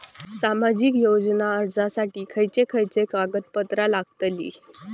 सामाजिक योजना अर्जासाठी खयचे खयचे कागदपत्रा लागतली?